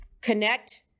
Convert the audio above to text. connect